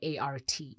ART